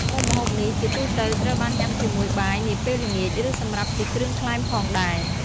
មុខម្ហូបនេះ ជាទូទៅត្រូវបានញ៉ាំជាមួយបាយនាពេលល្ងាចឬសម្រាប់ជាគ្រឿងក្លែមផងដែរ។